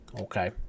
Okay